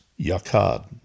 yakad